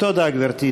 תודה, גברתי.